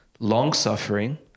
long-suffering